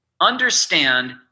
understand